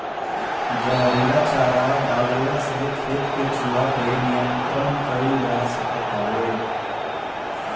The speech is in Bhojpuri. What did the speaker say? जहरीला चारा डलला से खेत के चूहा पे नियंत्रण कईल जा सकत हवे